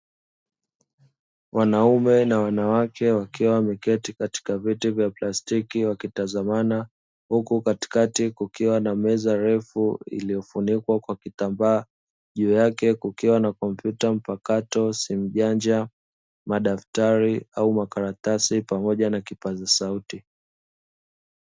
Wanaume na wanawake wakiwa wameketi katika vyeti vya plastiki wakitazamana huku katikati kukiwa na meza refu iliyofunikwa kwa kitambaa juu yake kukiwa na kompyuta mpakato, simujanja, madaftari au makaratasi, pamoja na kipaza sauti.